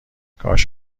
کاش